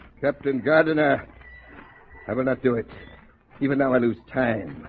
captain gardener i will not do it even though i lose time